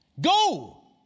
Go